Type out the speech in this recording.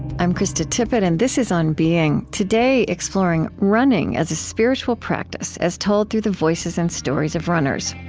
i'm krista tippett, and this is on being. today, exploring running as a spiritual practice, as told through the voices and stories of runners